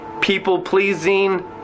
people-pleasing